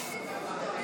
משהו אחר.